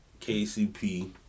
KCP